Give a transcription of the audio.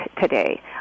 today